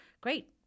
Great